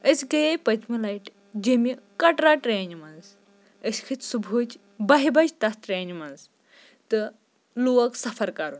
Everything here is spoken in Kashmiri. أسۍ گٔیے پٔتمہِ لَٹہِ جٮ۪مہِ کَٹرا ٹرٛینہِ منٛز أسۍ کھٔتۍ صُبحٕچ بَہہِ بَجہِ تَتھ ٹرٛینہِ منٛز تہٕ لوگ سفر کَرُن